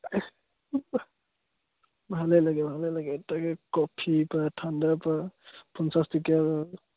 ভালেই লাগে ভালেই লাগে তাকে কফিৰপৰা ঠাণ্ডাৰপৰা পঞ্চাছ টকীয়াৰপৰা